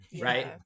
right